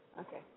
Okay